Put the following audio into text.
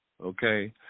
okay